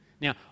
Now